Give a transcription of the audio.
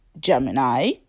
Gemini